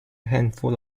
handful